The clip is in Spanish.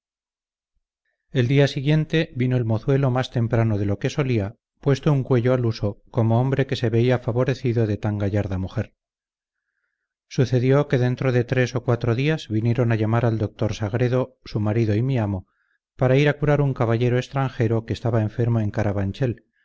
el día siguiente vino el mozuelo más temprano de lo que solía puesto un cuello al uso como hombre que se veía favorecido de tan gallarda mujer sucedió que dentro de tres o cuatro días vinieron a llamar al doctor sagredo su marido y mi amo para ir a curar un caballero extranjero que estaba enfermo en carabanchel